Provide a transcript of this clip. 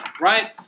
Right